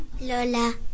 Lola